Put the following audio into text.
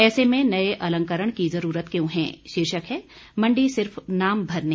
ऐसे में नए अलंकरण की जरूरत क्यों है शीर्षक है मंडी सिर्फ नाम भर नहीं